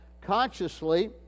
consciously